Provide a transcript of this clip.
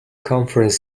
conference